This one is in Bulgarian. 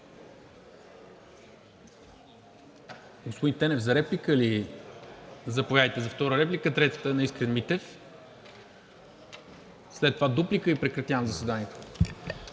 Господин Тенев, за реплика ли? (Реплика.) Заповядайте, за втора реплика. Третата е на Искрен Митев, след това дуплика и прекратявам заседанието.